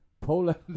Poland